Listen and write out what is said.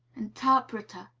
interpreter,